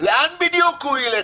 לאן בדיוק הוא ילך?